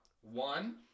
One